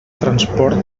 transport